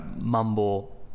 mumble